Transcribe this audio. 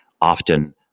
often